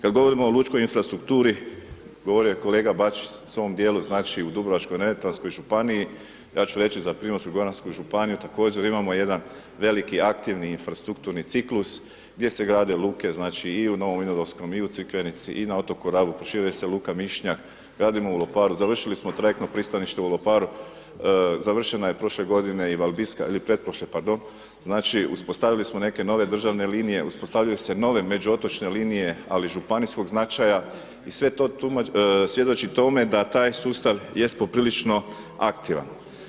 Kad govorimo o lučkoj infrastrukturi, govorio je kolega Bačić u svom dijelu, znači, u dubrovačko neretvanskoj županiji, ja ću reći za prinos u goranskoj županiji, također imamo jedan veliki aktivni infrastrukturni ciklus gdje se grade luke, znači, i u Novom Vinodolskom i u Crikvenici i na otoku Rabu, proširuje se Luka Mišnjak, gradimo u Loparu, završili smo trajektno pristanište u Loparu, završena je prošle godine i Valbiska ili pretprošle, pardon, znači, uspostavili smo neke nove državne linije, uspostavljaju se nove međuotočne linije, ali županijskog značaja i sve to svjedoči tome da taj sustav jest poprilično aktivan.